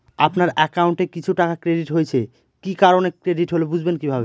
আপনার অ্যাকাউন্ট এ কিছু টাকা ক্রেডিট হয়েছে কি কারণে ক্রেডিট হল বুঝবেন কিভাবে?